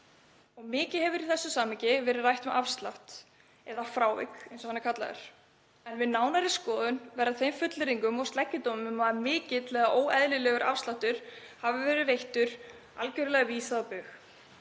Mikið hefur í þessu samhengi verið rætt um afslátt, eða frávik eins og þetta er kallað, en við nánari skoðun verður þeim fullyrðingum og sleggjudómum um að mikill eða óeðlilegur afsláttur hafi verið veittur algjörlega vísað á bug.